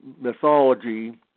mythology